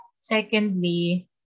secondly